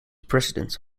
president